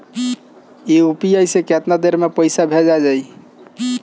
UPI से केतना देर मे पईसा भेजा जाई?